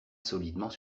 solidement